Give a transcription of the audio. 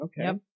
Okay